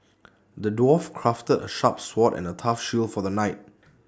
the dwarf crafted A sharp sword and A tough shield for the knight